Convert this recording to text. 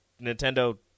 Nintendo